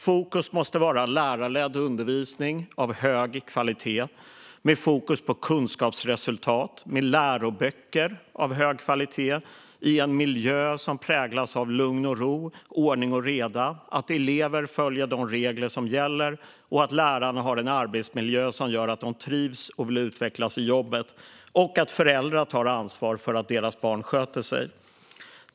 Fokus måste vara lärarledd undervisning av hög kvalitet med fokus på kunskapsresultat och läroböcker av hög kvalitet i en miljö som präglas av lugn och ro, ordning och reda, att elever följer de regler som gäller och att lärarna har en arbetsmiljö som gör att de trivs och vill utvecklas i jobbet. Vidare ska föräldrar ta ansvar för att deras barn sköter sig.